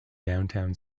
downtown